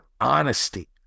honesty